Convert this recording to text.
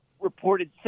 reported